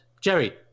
Jerry